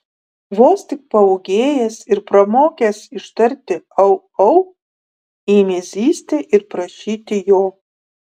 vos tik paūgėjęs ir pramokęs ištarti au au ėmė zyzti ir prašyti jo